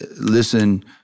listen